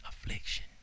affliction